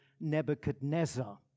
Nebuchadnezzar